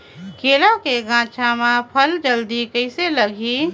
केला के गचा मां फल जल्दी कइसे लगही?